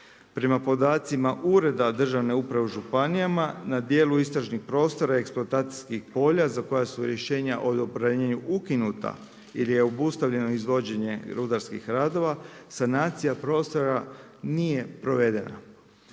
Prema podacima ureda državne uprave u županijama, na dijelu istražnih prostora eksploatacijskih i polja za koja su rješenja … ukinuta ili je obustavljeno izvođenje rudarskih radova sanacija prostora nije provedena.